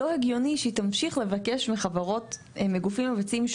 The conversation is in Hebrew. לא הגיוני שהיא תבקש מגופים מבצעים,